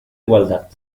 igualdad